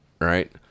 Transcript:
Right